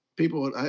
People